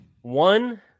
One